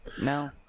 No